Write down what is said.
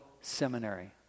seminary